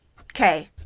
Okay